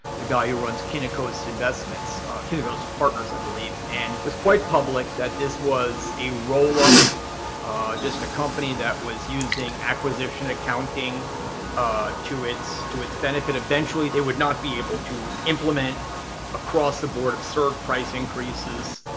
the guy who runs kynikos kynikos investments kynikos partners, i believe and was quite public that this was a roll-up just a company that was using acquisition accounting to its to its benefit. eventually, they would not be able to implement across-the-board absurd price increases.